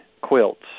quilts